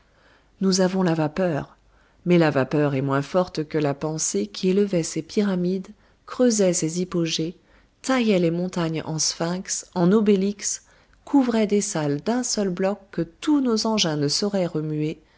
nous avons la vapeur mais la vapeur est moins forte que la pensée qui élevait les pyramides creusait les hypogées taillait les montagnes en sphinx en obélisques couvrait des salles d'un seul bloc que tous nos engins ne sauraient remuer